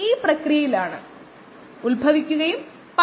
അതിനാൽ നമ്മൾ ഇത് എങ്ങനെ ഉപയോഗിക്കാൻ പോകുന്നു